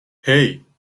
hey